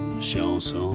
chanson